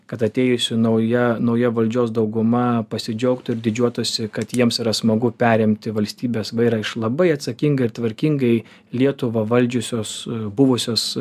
kad atėjusi nauja nauja valdžios dauguma pasidžiaugtų ir didžiuotųsi kad jiems yra smagu perimti valstybės vairą iš labai atsakingai ir tvarkingai lietuvą valdžiusios buvusios